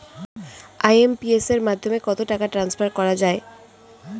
IMPS এর মাধ্যমে কত টাকা ট্রান্সফার করা যায়?